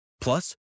Plus